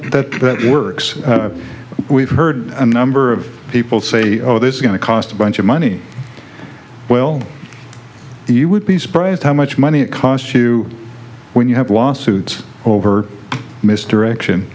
that that works we've heard a number of people say oh this is going to cost a bunch of money well you would be surprised how much money it costs to when you have lawsuits over misdirection